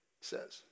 says